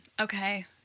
Okay